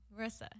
Marissa